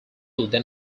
then